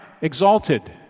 exalted